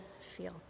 feel